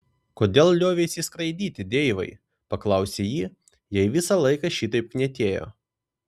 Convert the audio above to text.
kodėl lioveisi skraidyti deivai paklausė ji jei visą laiką šitaip knietėjo